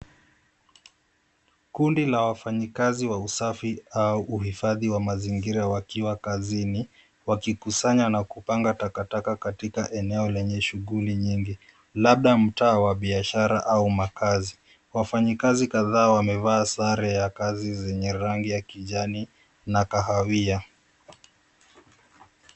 Kundi la wafanyikazi wa usafi au uhifadhi wa mazingira wakiwa kazini. Wakikusanya na kupanga takataka katika eneo lenye shughuli nyingi, labda mtaa wa biashara au makazi. Wafanyikazi kadhaa wamevaa sare ya kazi zenye rangi ya kijani na kahawia.